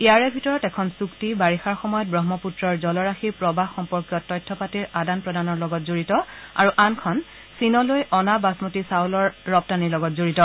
ইয়াৰে ভিতৰত এখন চূক্তি বাৰিয়াৰ সময়ত ৱন্দপুত্ৰৰ জলৰাশিৰ প্ৰৱাহ সম্পৰ্কীয় তথ্য পাতিৰ আদান প্ৰদানৰ লগত জড়িত আৰু আনখন চীনলৈ অনা বাছমতি চাউলৰ ৰপ্তানিৰ লগত জড়িত